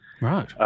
Right